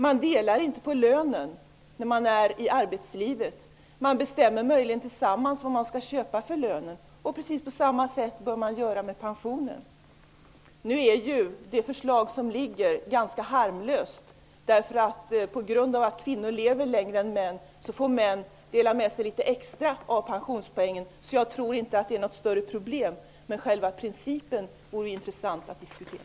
När man är ute i arbetslivet delar man inte på lönen; man bestämmer möjligen tillsammans vad man skall köpa för lönen. Precis på samma sätt bör man göra med pensionen. Det förslag som ligger på riksdagens bord är ju i och för sig ganska harmlöst. Kvinnor lever ju litet längre än män, och därför får män dela med sig litet extra av pensionspoängen. Jag tror därför inte att detta är något större problem. Men själva principen vore intressant att diskutera.